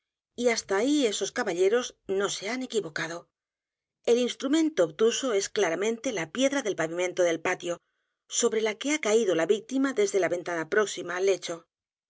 y hasta ahí esos caballeros no se han equivocado el instrumento obtuso es claramente la piedra del pavimento del patio sobre la que h a caído la víctima desde la ventana próxima al lecho